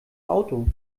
auto